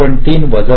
3 वजा 0